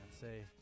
say